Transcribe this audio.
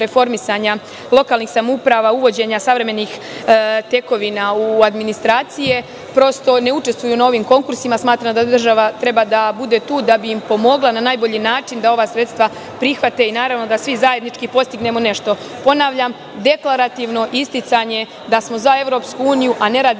reformisanja lokalnih samouprava, uvođenja savremenih tekovina u administracije, prosto ne učestvuju na ovim konkursima. Smatram da država treba da bude tu da bi im pomogla na najbolji način da ova sredstva prihvate i da svi zajednički postignemo nešto. Ponavljam, deklarativno isticanje da smo za EU, a ne radimo